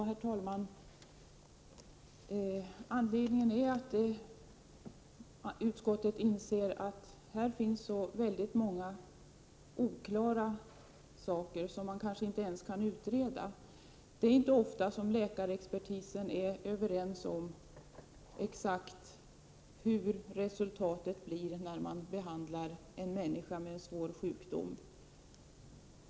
Herr talman! Anledningen är att utskottet inser att det här finns så många oklarheter, som kanske inte ens kan utredas. Det är inte ofta som läkarexpertisen är överens om exakt hur resultatet blir när en människa med en svår sjukdom behandlas.